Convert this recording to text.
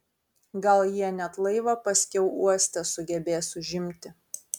gal jie net laivą paskiau uoste sugebės užimti